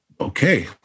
okay